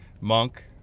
Monk